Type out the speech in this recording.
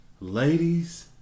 Ladies